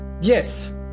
Yes